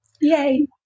Yay